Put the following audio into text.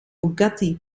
bugatti